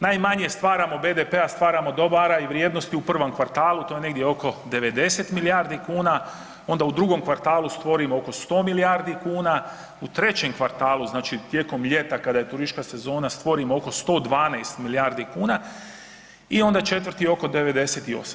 Najmanje stvaramo BDP-a stvaramo dobara i vrijednosti u prvom kvartalu to je negdje oko 90 milijardi kuna, onda u drugom kvartalu stvorimo oko 100 milijuna kuna u trećem kvartalu znači tijekom ljeta znači kada je turistička sezona stvorimo oko 112 milijardi kuna i onda četvrti oko 98.